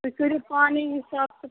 تُہۍ کٔرِو پانَے حِساب